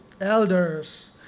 Elders